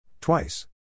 Twice